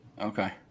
Okay